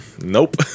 nope